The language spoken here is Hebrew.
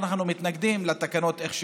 אנחנו מתנגדים לתקנות איך שהן,